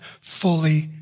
fully